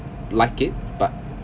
like it but